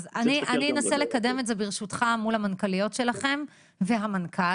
אז אני אנסה לקדם את זה ברשותך מול המנכ"ליות שלכם והמנכ"ל,